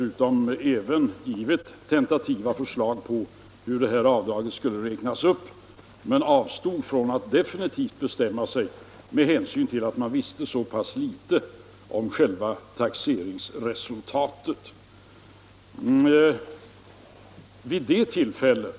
Denna hade utformat tentativa förslag till uppräkning av detta avdrag men avstod från att definitivt bestämma sig på den punkten, med hänsyn till att man visste så pass litet om taxeringsresultatet.